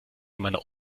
meiner